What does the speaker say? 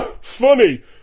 funny